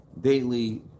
daily